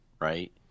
right